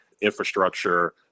infrastructure